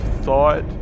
thought